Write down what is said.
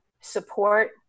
support